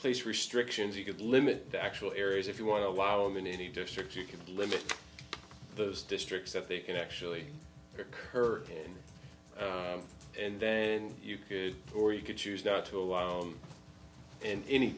place restrictions you could limit the actual areas if you want to allow them in any district you can limit those districts that they can actually occurred and then you could or you could choose not to allow in any